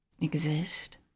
exist